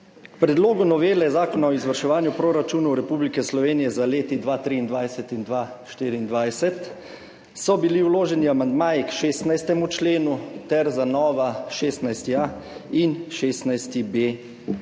predlogu novele Zakona o izvrševanju proračunov Republike Slovenije za leti 2023 in 2024 so bili vloženi amandmaji k 16. členu ter za nova 16.a in 16.b